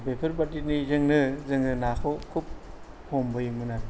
बेफोरबादि जेजोंनो जोङो नाखौ खुब हमबोयोमोन आरो